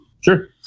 Sure